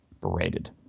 berated